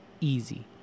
Easy